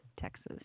Texas